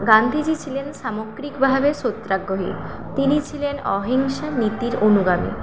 গান্ধীজি ছিলেন সামগ্রিকভাবে সত্যাগ্রহী তিনি ছিলেন অহিংসা নীতির অনুগামী